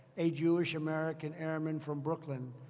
a jewish american airman from brooklyn,